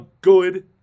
good